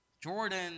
Jordan